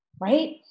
right